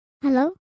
Hello